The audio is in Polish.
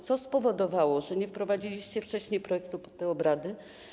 Co spowodowało, że nie wprowadziliście wcześniej projektu pod obrady?